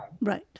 Right